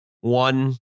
one